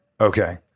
Okay